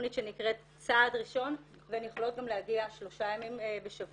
תכנית שנקראת "צעד ראשון" והן גם יכולות להגיע שלושה ימים בשבוע,